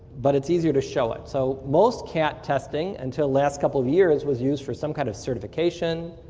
but it's easier to show it. so most cat testing, until last couple of years, was used for some kind of certification.